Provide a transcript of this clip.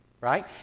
Right